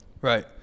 Right